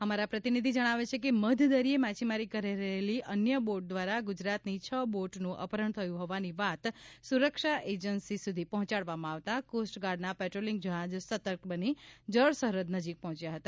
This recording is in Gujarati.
અમારા પ્રતિનિધિ જજ્ઞાવે છે કે મધદરિયે માછીમારી કરી રહેલી અન્ય બોટ દ્વારા ગુજરાતની હ બોટનું અપહરણ થયું હોવાની વાત સુરક્ષા એજન્સી સુધી પહોંચાડવામાં આવતા કોસ્ટગાર્ડના પેટ્રોલિંગ જહાજ સતર્ક બની જળસરહદ નજીક પહોંચ્યા હતા